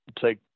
take